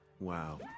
Wow